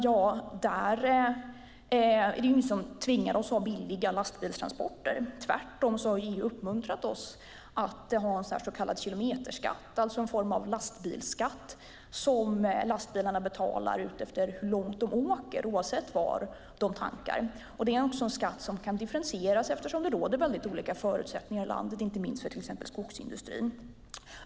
Det är ingen som tvingar oss att ha billiga lastbilstransporter. Tvärtom har EU uppmuntrat oss att använda kilometerskatt, alltså en form av lastbilsskatt som lastbilarna betalar utifrån hur långt de åker oavsett var de tankas. Det är en skatt som kan differentieras eftersom det råder olika förutsättningar i landet, inte minst för till exempel skogsindustrin.